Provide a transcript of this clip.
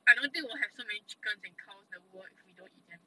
I don't think we will have so many chicken and cows in the world if we don't eat them